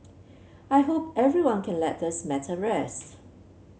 I hope everyone can let this matter rest